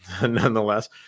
nonetheless